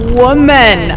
woman